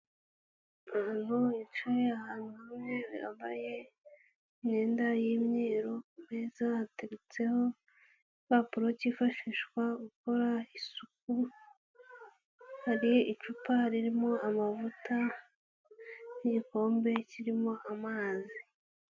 Abantu bicaye ahantu hamwe bambaye imyenda y'imyeru, ku meza hateretseho ipapuro cyifashishwa gukora isuku, hari icupa ririmo amavuta n'igikombe kirimo amazi.